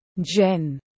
Jen